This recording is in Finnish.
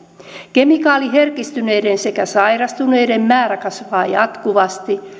kemikaaliherkistyneiden sekä sairastuneiden määrä kasvaa jatkuvasti